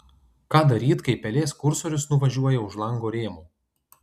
ką daryt kai pelės kursorius nuvažiuoja už lango rėmų